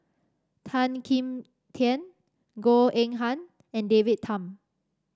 Tan Kim Tian Goh Eng Han and David Tham